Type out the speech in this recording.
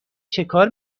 چکار